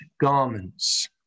garments